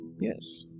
Yes